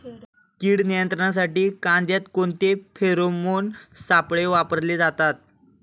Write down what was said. कीड नियंत्रणासाठी कांद्यात कोणते फेरोमोन सापळे वापरले जातात?